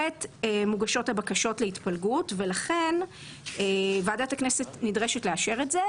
כעת מוגשות הבקשות להתפלגות שהוועדה המסדרת מתבקשת לאשר,